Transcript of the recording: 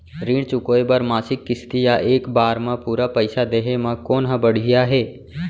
ऋण चुकोय बर मासिक किस्ती या एक बार म पूरा पइसा देहे म कोन ह बढ़िया हे?